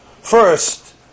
First